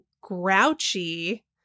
grouchy